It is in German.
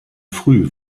früh